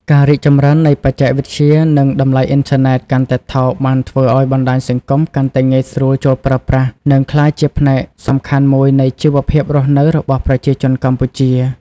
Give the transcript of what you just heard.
ការរីកចម្រើននៃបច្ចេកវិទ្យា និងតម្លៃអុីនធឺណិតកាន់តែថោក បានធ្វើឱ្យបណ្តាញសង្គមកាន់តែងាយស្រួលចូលប្រើប្រាស់ និងក្លាយជាផ្នែកសំខាន់មួយនៃជីវភាពរស់នៅរបស់ប្រជាជនកម្ពុជា។